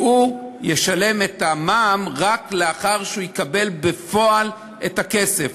שהוא ישלם את המע"מ רק לאחר שהוא יקבל בפועל את הכסף,